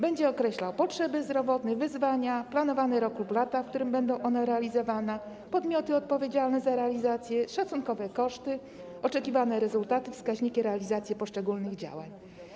Będzie określał potrzeby zdrowotne, wyzwania, planowany rok lub lata, w których będą one realizowane, podmioty odpowiedzialne za realizację, szacunkowe koszty, oczekiwane rezultaty, wskaźniki realizacji poszczególnych działań.